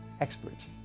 experts